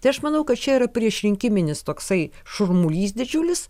tai aš manau kad čia yra priešrinkiminis toksai šurmulys didžiulis